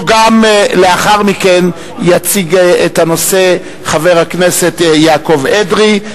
לאחר מכן יציג את הנושא חבר הכנסת יעקב אדרי.